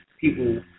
people